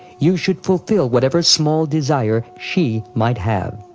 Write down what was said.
you should fulfil whatever small desire she might have.